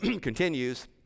continues